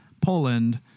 Poland